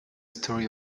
story